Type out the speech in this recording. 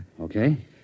Okay